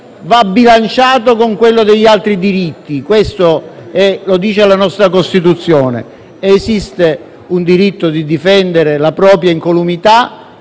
va bilanciato con quello degli altri diritti: lo dice la nostra Costituzione. Esiste un diritto di difendere la propria incolumità